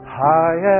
high